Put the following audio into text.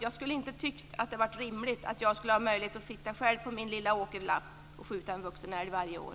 Jag hade inte tyckt att det hade varit rimligt att jag skulle ha haft möjlighet att sitta själv på min lilla åkerlapp och skjuta en vuxen älg varje år.